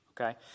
Okay